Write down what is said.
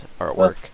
artwork